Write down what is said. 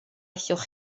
allwch